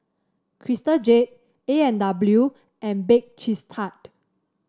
Crystal Jade A and W and Bake Cheese Tart